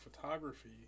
photography